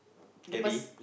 cabbie